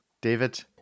David